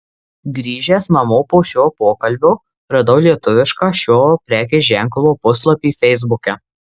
grįžęs namo po šio pokalbio radau lietuvišką šio prekės ženklo puslapį feisbuke